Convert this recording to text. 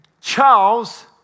Charles